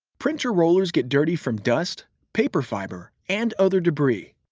printer rollers get dirty from dust, paper fiber, and other debris.